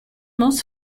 most